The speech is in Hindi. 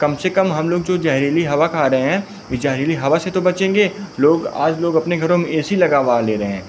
कम से कम हम लोग जो ज़हरीली हवा खा रहे हैं इ ज़हरीली हवा से तो बचेंगे लोग आज लोग अपने घरों में ए सी लगावा ले रहे हैं